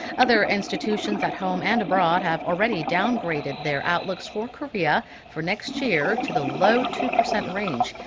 other institutions at home and abroad have already downgraded their outlooks for korea for next year to the low-two percent range.